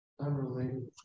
Unrelated